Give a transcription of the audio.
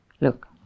Look